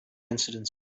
incidents